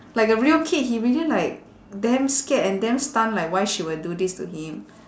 like a real kid he really like damn scared and damn stunned like why she will do this to him